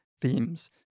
themes